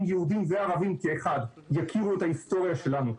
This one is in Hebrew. יהודים וערבים כאחד יכירו את ההיסטוריה שלנו.